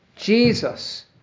Jesus